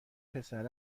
پسر